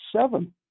seven